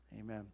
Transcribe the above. amen